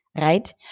right